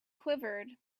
quivered